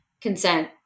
consent